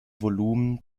volumen